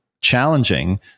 challenging